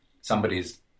somebody's